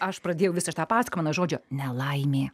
aš pradėjau visur tą pasakojimą nuo žodžio nelaimė